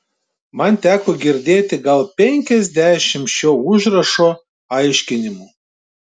man teko girdėti gal penkiasdešimt šio užrašo aiškinimų